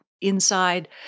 inside